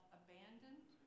abandoned